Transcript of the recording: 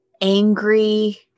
angry